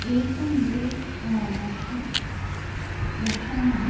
एकं द्वे वर्षे वर्षाणाम्